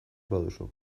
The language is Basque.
baduzu